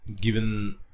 given